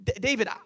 David